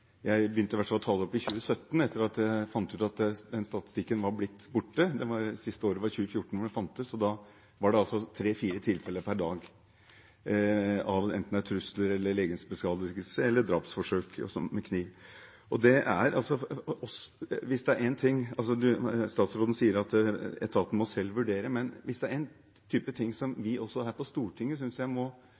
jeg begynte å ta det opp i 2017, etter at jeg fant ut at statistikken var blitt borte. Det siste året den fantes, var 2014, og da var det altså tre–fire tilfeller per dag av enten trusler, legemsbeskadigelse eller drapsforsøk med kniv. Statsråden sier at etaten selv må vurdere dette, men er det én ting jeg synes vi her på Stortinget må kunne ha et ord med i laget om, er det hva slags informasjon vi skal bygge politikken vår på. Da er det å ha denne statistikken veldig viktig, synes jeg.